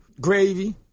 gravy